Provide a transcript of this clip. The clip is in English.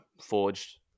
forged